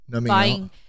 Buying